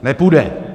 Nepůjde.